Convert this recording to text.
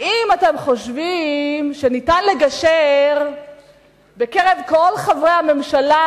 האם אתם חושבים שניתן לגשר בקרב כל חברי הממשלה,